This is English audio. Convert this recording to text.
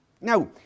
Now